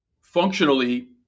functionally